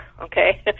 okay